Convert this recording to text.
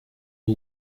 who